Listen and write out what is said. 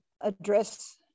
address